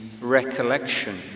recollection